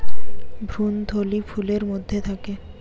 ভ্রূণথলি ফুলের মধ্যে থাকে